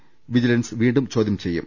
എയെ vigilance വീണ്ടും ചോദ്യം ചെയ്യും